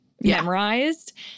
memorized